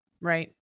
right